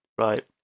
right